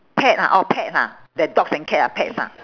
pet ha orh pet ha that dogs and cat ah pets ah